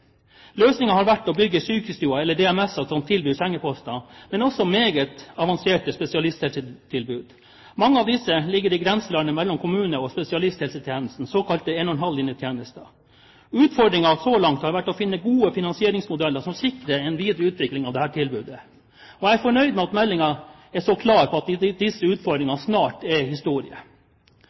har vært å bygge sykestuer eller DMS-er som tilbyr sengeposter, men også meget avanserte spesialisthelsetilbud. Mange av disse ligger i grenselandet mellom kommune- og spesialisthelsetjenesten, den såkalte 1,5-linjetjenesten. Utfordringen så langt har vært å finne gode finansieringsmodeller som sikrer en videre utvikling av dette tilbudet. Jeg er fornøyd med at meldingen er så klar på at disse utfordringene snart er historie.